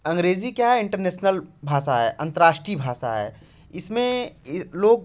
अंग्रेज़ी क्या है इंटरनेसनल भाषा है अंतर्राष्ट्रीय भाषा है इसमें लोग